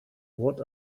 what